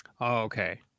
Okay